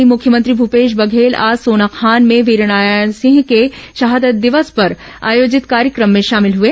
वहीं मुख्यमंत्री भूपेश बघेल आज सोनाखान में वीरनारायण सिंह के शहादत दिवस पर आयोजित कार्यक्रम में शामिल हुए